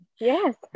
Yes